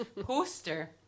poster